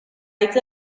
hitz